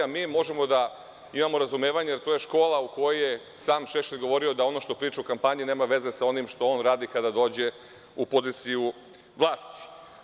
Mi možemo da imamo razumevanja, jer to je škola u kojoj je sam Šešelj govorio da ono što priča o kampanji nema veze sa onim što on radi kada dođe u poziciju vlasti.